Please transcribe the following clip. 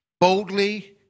boldly